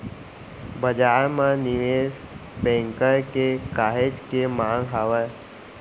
बजार म निवेस बेंकर के काहेच के मांग हावय